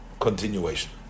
Continuation